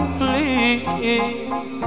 please